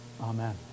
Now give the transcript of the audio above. Amen